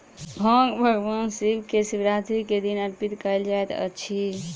भांग भगवान शिव के शिवरात्रि के दिन अर्पित कयल जाइत अछि